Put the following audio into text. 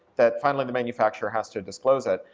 that finally the manufacturer has to disclose it.